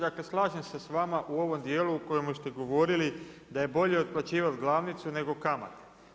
Dakle, slažem se sa vama u ovom dijelu u kojemu ste govorili da je bolje otplaćivati glavnicu nego kamate.